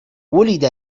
وُلد